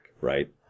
right